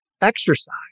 exercise